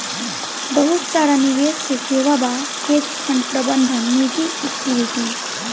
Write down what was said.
बहुत सारा निवेश के सेवा बा, हेज फंड प्रबंधन निजी इक्विटी